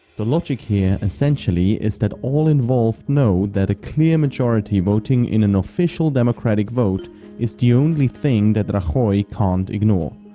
the logic here, essentially, is that all involved know that a clear majority voting in an official democratic vote is the only thing that that rajoy can't ignore.